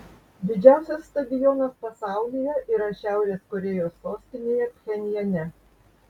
didžiausias stadionas pasaulyje yra šiaurės korėjos sostinėje pchenjane